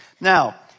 Now